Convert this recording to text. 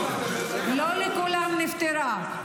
--- לא לכולם נפתרה.